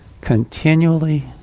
continually